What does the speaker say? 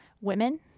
women